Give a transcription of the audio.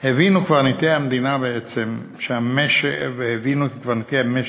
הבינו קברניטי המדינה בעצם, והבינו קברניטי המשק,